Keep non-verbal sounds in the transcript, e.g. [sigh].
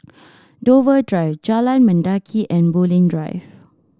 [noise] Dover Drive Jalan Mendaki and Bulim Drive